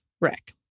wreck